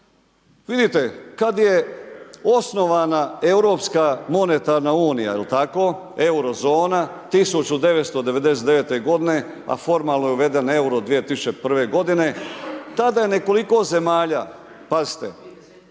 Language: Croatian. Vidite, kada je osnovana Europska monetarna unija, jel tako, Euro zona 1999. godine, a formalno je uveden EURO 2001.-ve godine, tada je nekoliko zemalja, pazite,